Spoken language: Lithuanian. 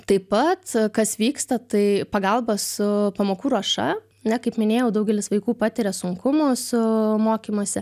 taip pat kas vyksta tai pagalba su pamokų ruoša ne kaip minėjau daugelis vaikų patiria sunkumų su mokymusi